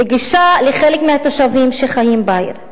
בגישה לחלק מהתושבים שחיים בעיר,